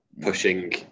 pushing